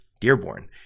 Dearborn